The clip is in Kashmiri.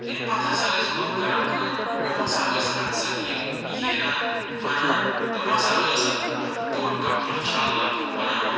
اَمہِ پَتہٕ ہسا ٲسۍ لوٗکھ کران کٲم یِم ہسا ٲسۍ اَتھہٕ سۭتۍ یہِ یَران وۄنان تہٕ یِم ہسا ٲسۍ اکھ اَتھ بوٚڑ کَپرٕ چھَل اَکھ بَناوان